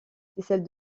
celle